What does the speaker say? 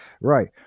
right